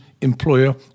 employer